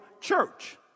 church